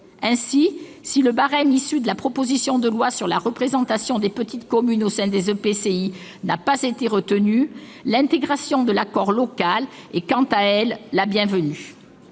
égard, si le barème issu de la proposition de loi relative à la représentation des petites communes au sein des EPCI n'a pas été retenu, l'intégration de l'accord local est, quant à elle, bienvenue.